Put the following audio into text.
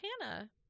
Hannah